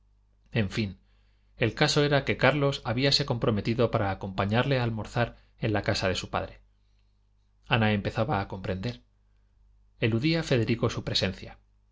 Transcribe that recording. en fin el caso era que carlos habíase comprometido para acompañarle a almorzar en la casa de su padre ana empezaba a comprender eludía federico su presencia